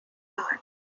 hard